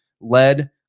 led